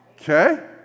okay